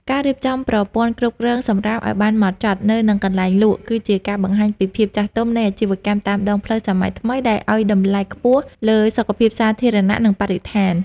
ការរៀបចំប្រព័ន្ធគ្រប់គ្រងសម្រាមឱ្យបានហ្មត់ចត់នៅនឹងកន្លែងលក់ គឺជាការបង្ហាញពីភាពចាស់ទុំនៃអាជីវកម្មតាមដងផ្លូវសម័យថ្មីដែលឱ្យតម្លៃខ្ពស់លើសុខភាពសាធារណៈ និងបរិស្ថាន។